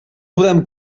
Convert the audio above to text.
podem